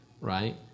right